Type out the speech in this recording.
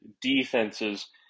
defenses